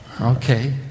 Okay